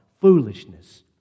foolishness